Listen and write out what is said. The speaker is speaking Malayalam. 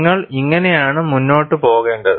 നിങ്ങൾ ഇങ്ങനെയാണ് മുന്നോട്ട് പോകേണ്ടത്